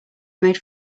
made